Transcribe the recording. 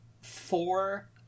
four